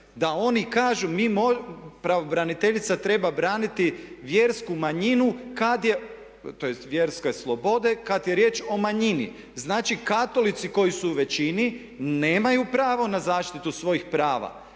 da oni kažu pravobraniteljica treba braniti vjersku manjinu kad je, tj. vjerske slobode kad je riječ o manjini. Znači, katolici koji su u većini nemaju pravo na zaštitu svojih prava.